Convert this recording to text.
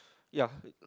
ya